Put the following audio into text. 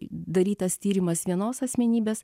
darytas tyrimas vienos asmenybės